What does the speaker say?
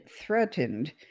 threatened